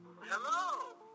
Hello